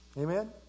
Amen